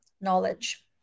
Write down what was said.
knowledge